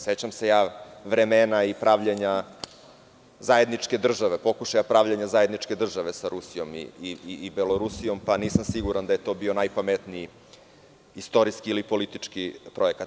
Sećam se vremena i pravljenja zajedničke države, pokušaja pravljenje zajedničke države sa Rusijom i Belorusijom, pa nisam siguran da je to bio najpametniji istorijski ili politički projekat.